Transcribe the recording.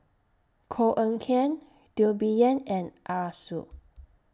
Koh Eng Kian Teo Bee Yen and Arasu